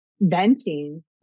venting